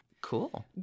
Cool